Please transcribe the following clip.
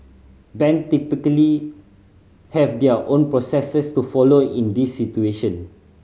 bank typically have their own processes to follow in these situation